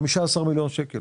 על חמישה מיליון שקל